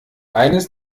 eines